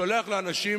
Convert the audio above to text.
שולח לאנשים